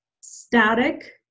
static